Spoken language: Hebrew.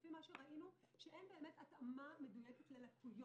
לפי מה שראינו, שאין באמת התאמה מדויקת ללקויות,